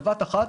בבת אחת